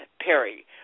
Perry